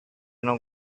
non